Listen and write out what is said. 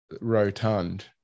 rotund